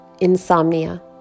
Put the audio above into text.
insomnia